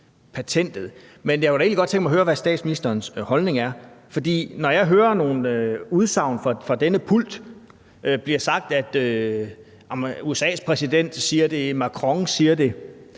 patentet. Men jeg kunne egentlig godt tænke mig at høre, hvad statsministerens holdning er. For når jeg fra denne pult hører nogle udsagn om, at USA's præsident siger det, og at Macron siger det,